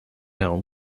market